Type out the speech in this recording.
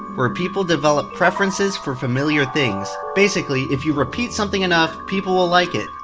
where people develop preferences for familiar things. basically, if you repeat something enough, people will like it!